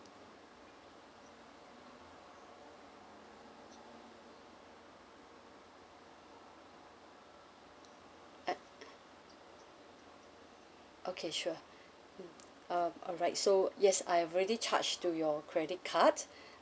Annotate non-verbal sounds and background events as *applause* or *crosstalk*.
I okay sure mm uh alright so yes I have already charged to your credit card *breath*